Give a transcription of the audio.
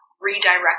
redirect